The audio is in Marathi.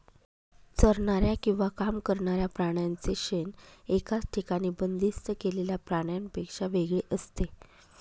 चरणाऱ्या किंवा काम करणाऱ्या प्राण्यांचे शेण एकाच ठिकाणी बंदिस्त केलेल्या प्राण्यांपेक्षा वेगळे असते